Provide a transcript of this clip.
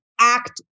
Act